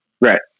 right